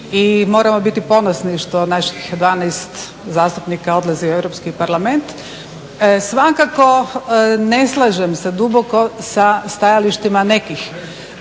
i moramo biti ponosni što naših 12 zastupnika odlazi u Europski parlament. Svakako ne slažem se duboko sa stajalištima nekih